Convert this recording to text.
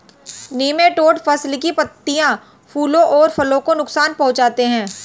nematode फसल की पत्तियों फलों और फूलों को नुकसान पहुंचाते हैं